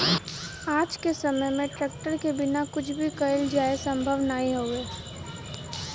आज के समय में ट्रेक्टर के बिना कुछ भी कईल जाये संभव नाही हउवे